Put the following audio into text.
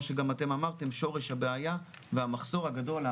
שגם אתם אמרתם שורש הבעיה והמחסור הגדול,